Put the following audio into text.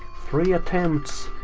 three attempts?